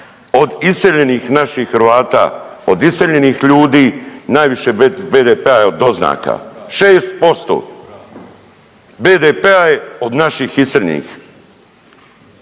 od iseljenih naših Hrvata, od iseljenih ljudi, najviše BDP-a jel to znate, 6% BDP-a je od naših iseljenih.